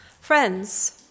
Friends